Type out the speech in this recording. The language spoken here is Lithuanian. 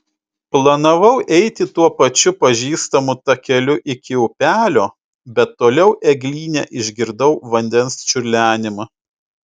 planavau eiti tuo pačiu pažįstamu takeliu iki upelio bet toliau eglyne išgirdau vandens čiurlenimą